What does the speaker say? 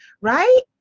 right